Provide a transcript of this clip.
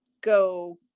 go